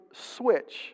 switch